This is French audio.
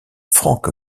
franck